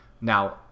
Now